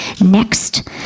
Next